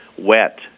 Wet